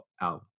album